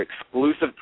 exclusive